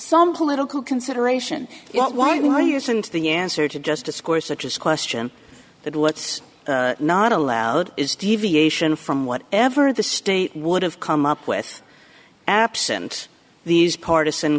some political consideration why why isn't the answer to just discourse such as question that what's not allowed is deviation from what ever the state would have come up with absent these partisan